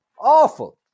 awful